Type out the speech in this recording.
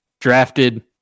drafted